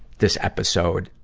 this episode.